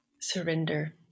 surrender